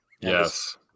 Yes